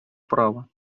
права